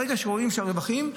ברגע שרואים את הרווחים,